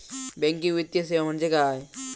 Banking वित्तीय सेवा म्हणजे काय?